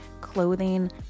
clothing